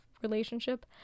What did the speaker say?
relationship